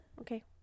Okay